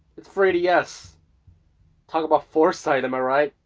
it's three ds. talk about foresight, am i right.